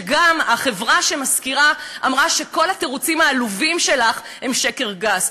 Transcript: וגם החברה שמשכירה אמרה שכל התירוצים העלובים שלך הם שקר גס.